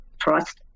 trust